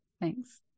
Thanks